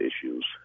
issues